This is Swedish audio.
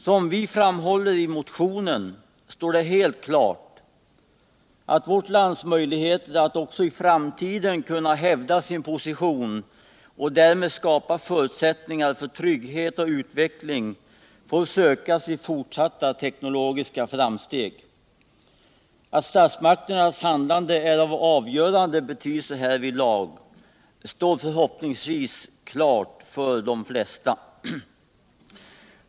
Som vi framhåller i motionen står det helt klart att vårt lands möjligheter att också i framtiden kunna hävda sin position och därmed skapa förutsättningar för trygghet och utveckling måste baseras på fortsatta teknologiska framsteg. Att statsmakternas handlande härvidlag är av avgörande betydelse står förhoppningsvis klart för de flesta.